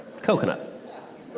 Coconut